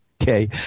Okay